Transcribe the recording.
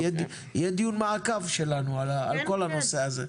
יהיה דיון מעקב שלנו על כל הנושא הזה.